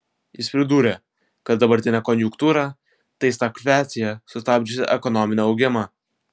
jis pridūrė kad dabartinė konjunktūra tai stagfliacija sustabdžiusi ekonominį augimą